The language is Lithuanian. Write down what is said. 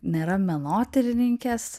nėra menotyrininkės